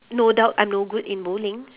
no doubt I'm no good in bowling